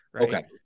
Okay